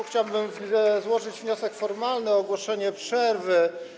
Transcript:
Chciałbym złożyć wniosek formalny o ogłoszenie przerwy.